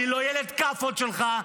אני לא ילד כאפות שלך,